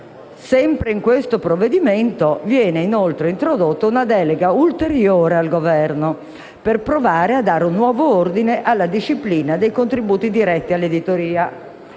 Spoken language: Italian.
Sempre in questo provvedimento, viene introdotta una delega ulteriore al Governo per provare a dare un nuovo ordine alla disciplina dei contributi diretti alla editoria.